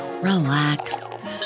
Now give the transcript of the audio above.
relax